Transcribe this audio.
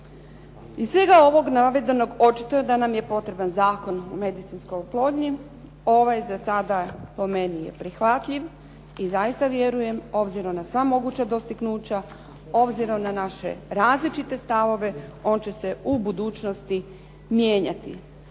Iz svega ovog navedenog očito da nam je potreban Zakon o medicinskoj oplodnji. Ovaj za sada po meni je prihvatljiv i zaista vjerujem obzirom na sva moguća dostignuća, obzirom na naše različite stavove on će se u budućnosti mijenjati.